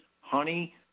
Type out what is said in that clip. honey